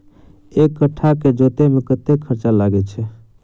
एक कट्ठा केँ जोतय मे कतेक खर्चा लागै छै?